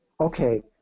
Okay